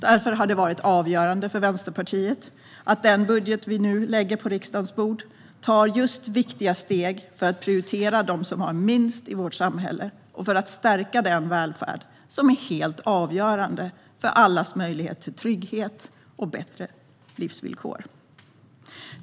Därför har det varit avgörande för Vänsterpartiet att den budget vi nu lägger på riksdagens bord just tar viktiga steg för att prioritera dem som har minst i vårt samhälle och för att stärka den välfärd som är helt avgörande för allas möjlighet till trygghet och bättre livsvillkor.